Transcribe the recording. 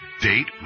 date